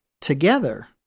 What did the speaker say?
together